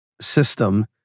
system